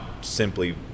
simply